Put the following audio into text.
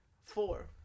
Four